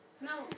No